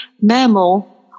mammal